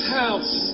house